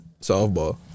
softball